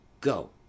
go